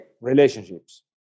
relationships